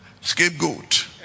scapegoat